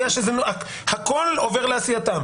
בגלל שהכל עובר לעשייתם.